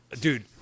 Dude